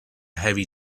heavy